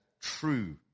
true